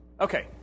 Okay